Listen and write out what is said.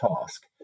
task